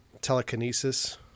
telekinesis